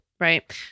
Right